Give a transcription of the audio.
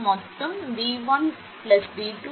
மொத்தம் 1 𝑉2 𝑉3 𝑉4 இது வரை 𝑉1 𝑉2 𝑉3 𝑉4